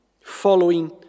following